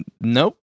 Nope